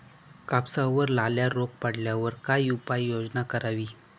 कापसावर लाल्या रोग पडल्यावर काय उपाययोजना करावी?